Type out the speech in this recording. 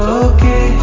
okay